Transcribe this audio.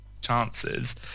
chances